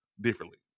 differently